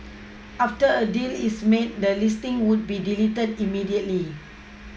after a deal is made the listing would be deleted immediately